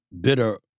bitter